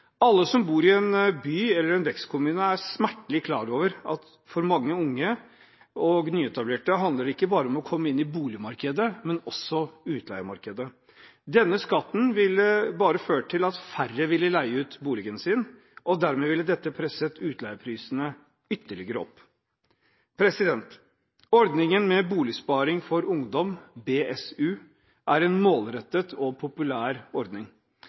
Alle som bor i en by eller en vekstkommune, er smertelig klar over at for mange unge og nyetablerte handler det ikke bare om å komme inn i boligmarkedet, men også utleiemarkedet. Denne skatten ville bare ført til at færre ville leie ut boligen sin, og dermed ville dette presset utleieprisene ytterligere opp. Ordningen med Boligsparing for ungdom, BSU, er en målrettet og populær ordning.